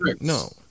No